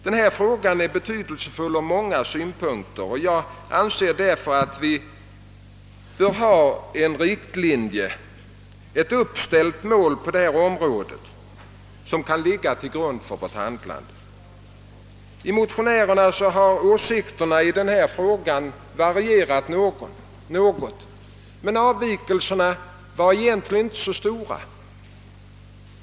Denna är betydelsefull från många synpunkter, och jag anser därför att vi bör ha en riktlinje, ett uppställt mål, på detta områ de som kan ligga till grund för vårt handlande. I motionerna har åsikterna i denna fråga varierat något. Avvikelserna var emellertid egentligen inte så stora.